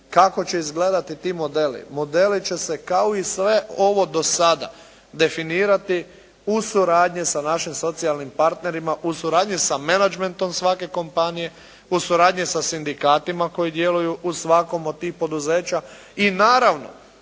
kako će izgledati ti modeli. Modeli će se kao i sve ovo do sada definirati u suradnji sa našim socijalnim partnerima, u suradnji sa menagmentom svake kompanije, u suradnji sa sindikatima koji djeluju u svakom od tih poduzeća. I naravno